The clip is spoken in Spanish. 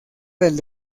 del